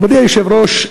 מכובדי היושב-ראש,